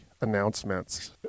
announcements